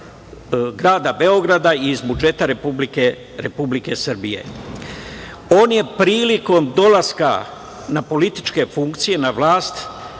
grada Beograda i iz budžeta Republike Srbije. On je prilikom dolaska na političke funkcije, na vlast,